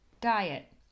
Diet